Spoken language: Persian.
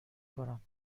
کنم